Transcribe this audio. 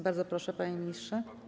Bardzo proszę, panie ministrze.